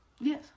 Yes